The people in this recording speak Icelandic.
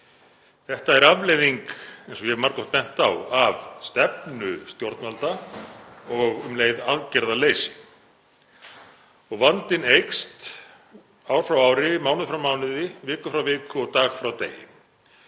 Þetta er afleiðing, eins og ég hef margoft bent á, af stefnu stjórnvalda og um leið aðgerðaleysi. Vandinn eykst ár frá ári, mánuð frá mánuði, viku frá viku og dag frá degi.